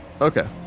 Okay